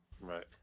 right